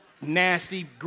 Nasty